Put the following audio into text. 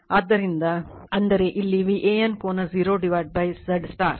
ಆದ್ದರಿಂದ ಅಂದರೆ ಇಲ್ಲಿ VAN ಕೋನ 0 Z ಸ್ಟಾರ್